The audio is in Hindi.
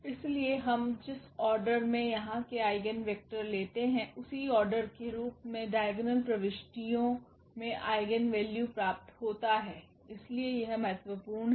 इसलिए हम जिस ऑर्डर में यहां के आइगेन वेक्टर लेते है उसी ऑर्डर के रूप में डाइगोनल प्रविष्टियों में आइगेन वैल्यू प्राप्त होता है इसलिए यह महत्वपूर्ण है